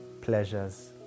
pleasures